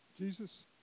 Jesus